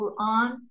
Quran